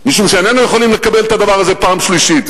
משום שאיננו יכולים לקבל את הדבר הזה פעם שלישית.